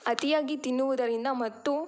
ಅತಿಯಾಗಿ ತಿನ್ನುವುದರಿಂದ ಮತ್ತು